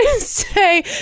Say